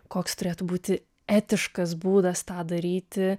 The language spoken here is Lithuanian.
koks turėtų būti etiškas būdas tą daryti